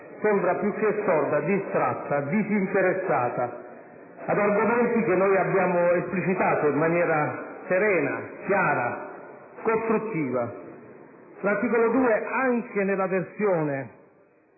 sembra, più che sorda, distratta e disinteressata agli argomenti che abbiamo esplicitato in maniera serena, chiara e costruttiva. L'articolo 2, anche nella versione